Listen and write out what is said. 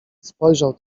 spojrzał